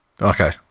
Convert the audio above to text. Okay